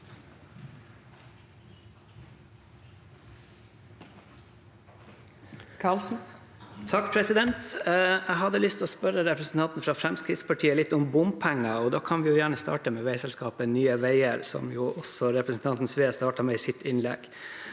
(A) Jeg hadde lyst til å spørre representanten fra Fremskrittspartiet litt om bompenger, og da kan vi starte med veiselskapet Nye veier, som også representanten Sve startet med i sitt innlegg.